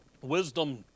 Wisdom